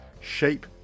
shape